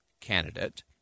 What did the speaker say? candidate